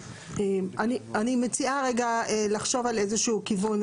אני מציעה רגע לחשוב על איזה שהוא כיון.